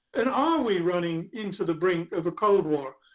and are we running into the brink of a cold war?